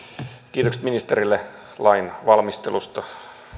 kiitokset ministerille lain valmistelusta